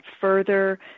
further